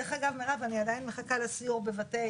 דרך אגב, מירב, אני עדיין מחכה לסיור בבתי